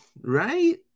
Right